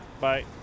Bye